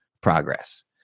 progress